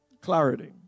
Clarity